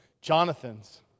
Jonathans